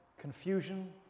confusion